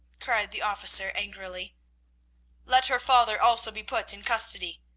cried the officer angrily let her father also be put in custody.